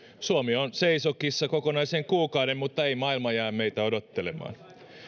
suomi on seisokissa kokonaisen kuukauden mutta ei maailma jää meitä odottelemaan